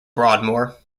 broadmoor